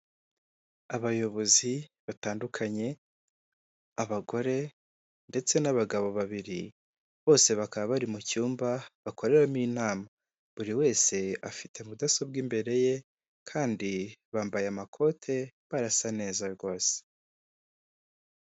Abayobozi batandukanye abagore ndetse n'abagabo babiri bose bakaba bari mu cyumba bakoreramo inama buri wese afite mudasobwa imbere ye kandi bambaye amakote barasa neza rwose.